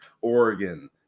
Oregon